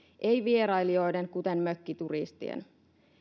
ei vierailijoiden kuten mökkituristien